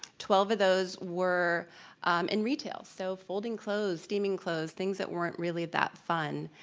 twelve of those were in retail. so folding clothes, steaming clothes, things that weren't really that fun.